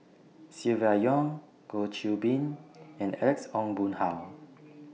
Silvia Yong Goh Qiu Bin and Alex Ong Boon Hau